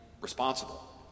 responsible